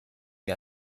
wie